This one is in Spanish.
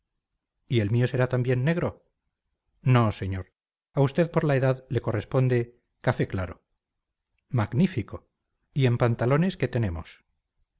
y el mío será también negro no señor a usted por la edad le corresponde café claro magnífico y en pantalones qué tenemos